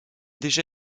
déjà